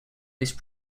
these